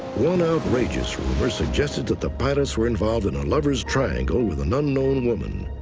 one outrageous rumor suggested that the pilots were involved in a lover's triangle with an unknown woman.